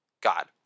God